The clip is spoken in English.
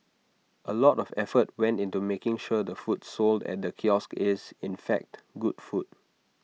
A lot of effort went into making sure the food sold at the kiosk is in fact good food